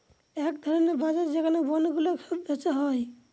এক ধরনের বাজার যেখানে বন্ডগুলো সব বেচা হয়